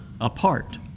apart